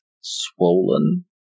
swollen